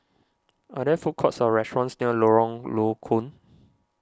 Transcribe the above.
are there food courts or restaurants near Lorong Low Koon